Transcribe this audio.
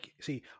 see